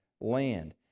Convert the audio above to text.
land